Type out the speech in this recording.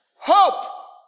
Hope